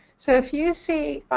so if you see,